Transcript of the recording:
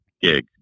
gig